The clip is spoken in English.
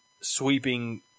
sweeping